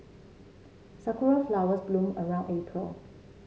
sakura flowers bloom around April